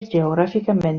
geogràficament